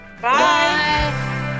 Bye